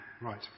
Right